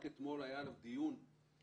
רק אתמול היה עליו דיון במועצה